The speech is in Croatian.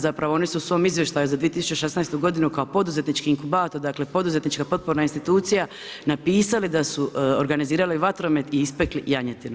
Zapravo, oni su u svom izvještaju za 2016. godinu kao poduzetnički inkubator, dakle poduzetnička potporna institucija napisali da su organizirali vatromet i ispekli janjetinu.